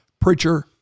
Preacher